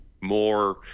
more